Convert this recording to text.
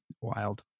wild